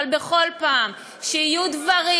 אבל בכל פעם שיהיו דברים,